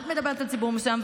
את מדברת על ציבור מסוים,